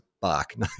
bark